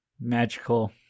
magical